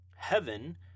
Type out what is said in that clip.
heaven